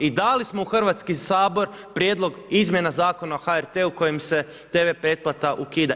I dali smo u Hrvatski sabor prijedlog izmjena Zakona o HRT-u kojim se TV pretplata ukida.